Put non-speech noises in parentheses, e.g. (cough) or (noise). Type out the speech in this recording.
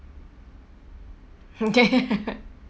okay (laughs)